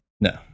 No